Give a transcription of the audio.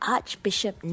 Archbishop